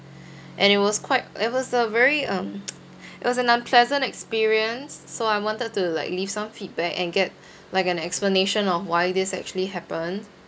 and it was quite it was a very um it was an unpleasant experience so I wanted to like leave some feedback and get like an explanation of why this actually happened